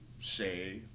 say